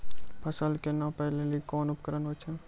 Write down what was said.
फसल कऽ नापै लेली कोन उपकरण होय छै?